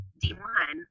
d1